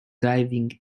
diving